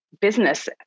business